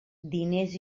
diners